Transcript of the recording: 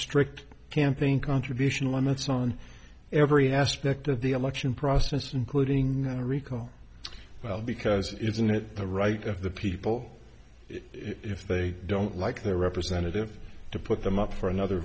strict campaign contribution limits on every aspect of the election process including a recall well because isn't it the right of the people if they don't like their representative to put them up for another